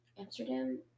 Amsterdam